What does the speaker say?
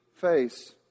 face